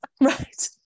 Right